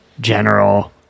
general